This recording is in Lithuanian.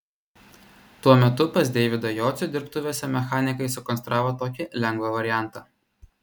tuo metu pas deividą jocių dirbtuvėse mechanikai sukonstravo tokį lengvą variantą